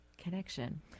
connection